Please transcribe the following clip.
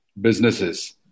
businesses